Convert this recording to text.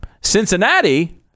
Cincinnati